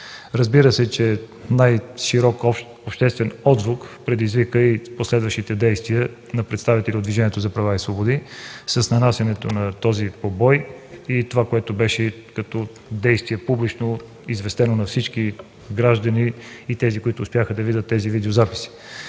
Разбира се, че най-широк обществен отзвук предизвикаха и последващите действия на представителите от Движението за права и свободи с нанасянето на този побой – тези действия, публично известени на всички граждани, които успяха да видят тези видеозаписи.